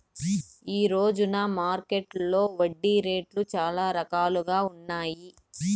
ఈ రోజున మార్కెట్టులో వడ్డీ రేట్లు చాలా రకాలుగా ఉన్నాయి